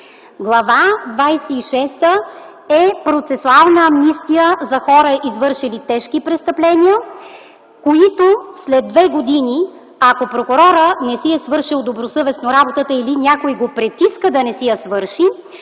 шеста е процесуална амнистия за хора, извършили тежки престъпления, които след две години, ако прокурорът не си е свършил добросъвестно работата или някой го притиска да не си я свърши,